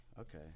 okay